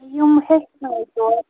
یِم ہیٚچھنٲوۍ توکھ